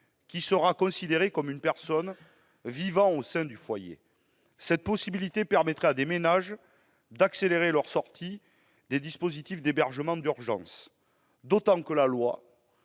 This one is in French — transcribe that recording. qui sera considéré comme une personne vivant au sein du foyer. Cette possibilité permettrait à des ménages d'accélérer leur sortie des dispositifs d'hébergement d'urgence, d'autant que la loi